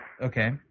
Okay